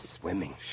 swimming